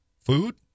food